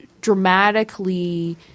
dramatically